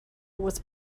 was